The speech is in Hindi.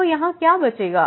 तो यहाँ क्या बचेगा